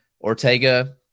Ortega